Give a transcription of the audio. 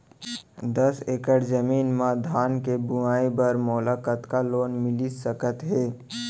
दस एकड़ जमीन मा धान के बुआई बर मोला कतका लोन मिलिस सकत हे?